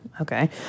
okay